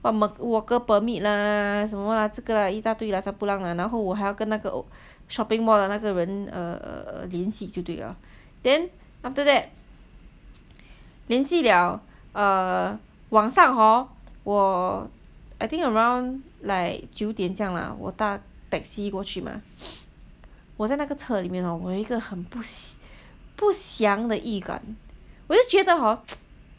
worker permit lah 什么这些一大堆 lah 不懂 lah 然后我还要跟那个 shopping mall 的那些人 err 联系就对了 then after that 联系了 err 晚上 hor 我搭 taxi 过去 mah 我在那个车里面 hor 我有一个很不详的预感我就觉得 hor